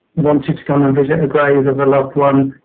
wanted to come and visit the grave of a loved one,